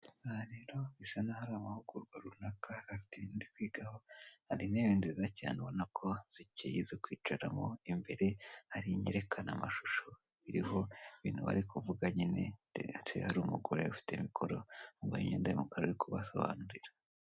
aha rero bisa n'aho ari amahugurwa runaka afite ibintu ari kwigaho, hari intebe nziza cyane ubona ko zikeye zo kwicaramo. Imbere hari inyerekanamashusho iriho ibintu bari kuvuga nyine ndetse hari umugore ufite mikoro wambaye imyenda y'umukara uti kubasobanurira.